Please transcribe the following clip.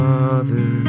Father